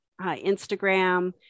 Instagram